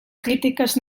crítiques